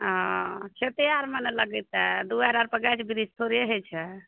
ओ खेते आरमे ने लगेतै दुआरि आर पर गाछ बिरीछ थोड़े हइ छै